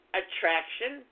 attraction